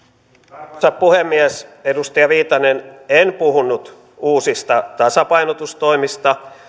arvoisa puhemies edustaja viitanen en puhunut uusista tasapainotustoimista